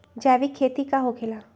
जैविक खेती का होखे ला?